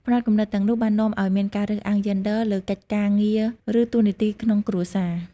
ផ្នត់គំនិតទាំងនោះបាននាំឱ្យមានការរើសអើងយេនឌ័រលើកិច្ចការងារ ឬតួនាទីក្នុងគ្រួសារ។